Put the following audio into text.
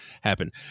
happen